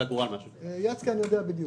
תיסגרו על משהו יצקן יודע בדיוק.